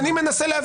אני לא מבין